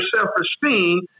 self-esteem